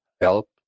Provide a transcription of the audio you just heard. help